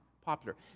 popular